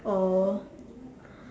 oh